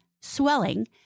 swelling